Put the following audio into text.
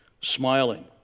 smiling